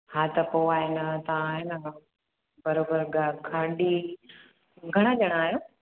हा त पोइ आहे न तव्हां आहे न हा बराबरि ग खांडी घणा ॼणा आहियो